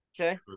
Okay